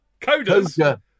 Coders